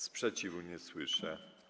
Sprzeciwu nie słyszę.